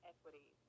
Equity